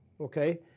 okay